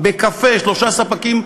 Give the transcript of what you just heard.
בקפה יש שלושה ספקים,